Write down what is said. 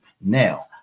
now